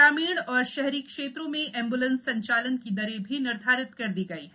ग्रामीण एवं शहरी क्षेत्रों में एंब्लेंस संचालन की दरें भी निर्धारित कर दी गई है